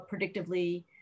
predictively